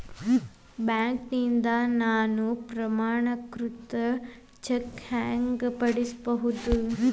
ಬ್ಯಾಂಕ್ನಿಂದ ನಾನು ಪ್ರಮಾಣೇಕೃತ ಚೆಕ್ ಹ್ಯಾಂಗ್ ಪಡಿಬಹುದು?